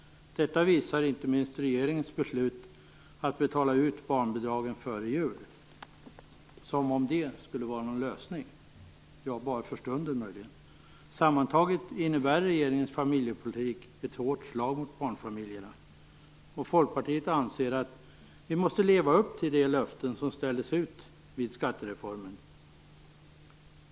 Detta visar inte minst regeringens beslut att betala ut barnbidragen före jul. Som om det skulle vara någon lösning! Ja, möjligen för stunden. Sammantaget innebär regeringens familjepolitik ett hårt slag mot barnfamiljerna och Folkpartiet anser att vi måste leva upp till de löften som ställdes ut vid skattereformen.